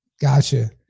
Gotcha